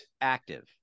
Active